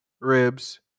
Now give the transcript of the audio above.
ribs